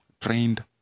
trained